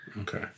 okay